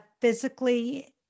physically